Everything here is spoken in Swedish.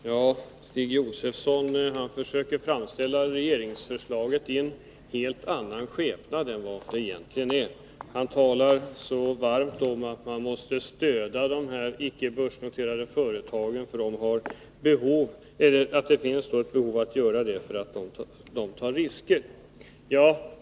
Herr talman! Stig Josefson försöker framställa regeringsförslaget i en annan skepnad än den som det egentligen har. Han talar så varmt om att det finns ett behov av att stödja de icke börsnoterade företagen, eftersom de tar risker.